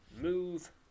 Move